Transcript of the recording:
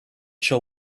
shall